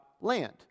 land